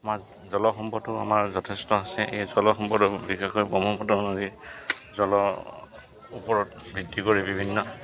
আমাৰ জল সম্পদটো আমাৰ যথেষ্ট আছে এই জল সম্পদ বিশেষকৈ ব্ৰহ্মপুত্ৰ জল ওপৰত ভিত্তি কৰি বিভিন্ন